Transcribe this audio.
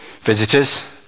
visitors